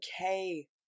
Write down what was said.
okay